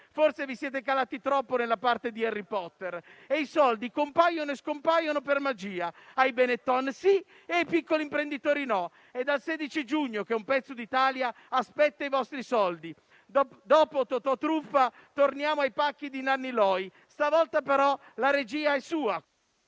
Forse vi siete calati troppo nella parte di Harry Potter e i soldi compaiono e scompaiono per magia: ai Benetton sì e ai piccoli imprenditori no. È dal 16 giugno che un pezzo d'Italia aspetta i vostri soldi. Dopo «Totòtruffa» torniamo ai pacchi di Nanni Loy. Stavolta però la regia è sua.